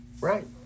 Right